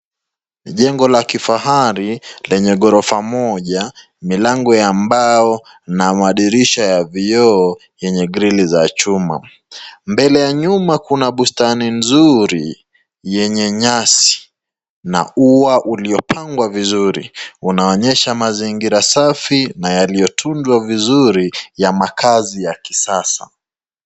Jengo la kifahari lenye ghorofa moja, milango ya mbao na madirisha ya vioo yenye grili za chuma, mbele ya nyumba kuna bustani nzuri yenye nyasi na ua uliopangwa vizuri, unaonyesha mazingira safi na yaliyotunzwa vizuri ya makazi ya kisasa.